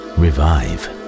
revive